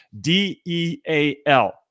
D-E-A-L